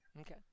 Okay